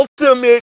ultimate